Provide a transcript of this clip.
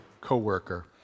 co-worker